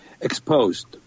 exposed